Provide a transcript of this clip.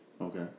Okay